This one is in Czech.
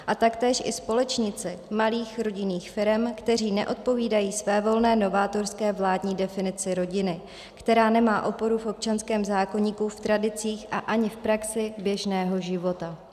A taktéž i společníci malých rodinných firem, kteří neodpovídají svévolné novátorské vládní definici rodiny, která nemá oporu v občanské zákoníku, v tradicích a ani v praxi běžného života.